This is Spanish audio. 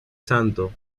santo